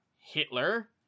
Hitler